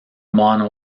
mono